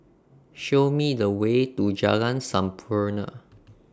Show Me The Way to Jalan Sampurna